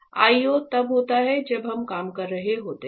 IO तब होता है जब हम काम कर रहे होते हैं